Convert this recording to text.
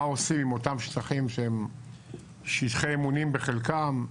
עושים עם אותם שטחים שהם שטחי אימונים בחלקם,